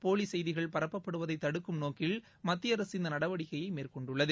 போலி செய்தி பரப்பப்படுவதை தடுக்கும் நோக்கில் மத்திய அரசு இந்த நடவடிக்கையை மேற்கொண்டுள்ளது